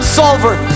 solver